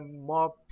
more